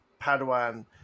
Padawan